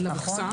המכסה?